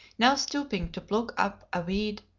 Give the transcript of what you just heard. now stooping to pluck up a weed,